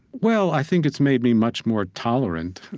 well, i think it's made me much more tolerant,